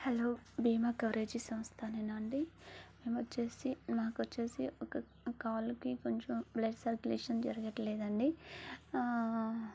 hello బీమా coverage సమస్తనేనా అండి ఎమర్జెన్సీ నాకొచ్చేసి ఒక కాళ్ళకి కొంచెం బ్లడ్ సర్కులేషన్ జరగట్లేదండి